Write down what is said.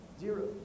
Zero